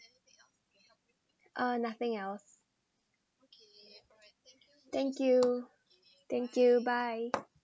uh nothing else thank you thank you bye